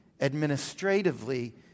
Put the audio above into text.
administratively